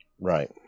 Right